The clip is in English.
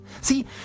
See